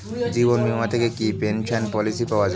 জীবন বীমা থেকে কি পেনশন পলিসি পাওয়া যায়?